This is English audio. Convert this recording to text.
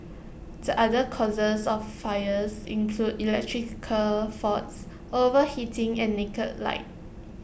the other causes of fires include electrical faults overheating and naked light